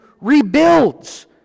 rebuilds